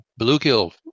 bluegill